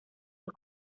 dos